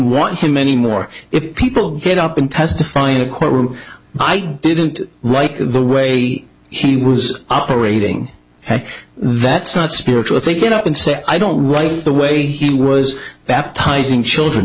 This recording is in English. want him anymore if people get up and testify in a courtroom i didn't like the way he was operating hey that's not spiritual if they get up and say i don't like the way he was baptizing children